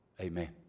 Amen